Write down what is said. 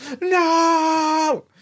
no